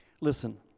listen